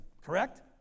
Correct